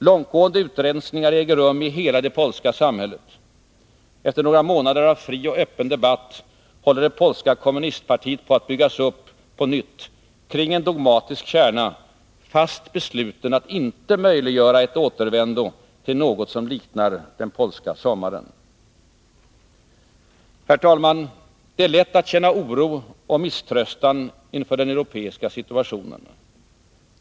Långtgående utrensningar äger rum i hela det polska samhället. Efter några månader av fri och öppen debatt håller det polska kommunistpartiet på att byggas upp på nytt kring en dogmatisk kärna, fast beslutet att inte möjliggöra en återvändo till något som liknar den polska sommaren. Herr talman! Det är lätt att känna oro och misströstan inför den europeiska situationen.